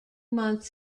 month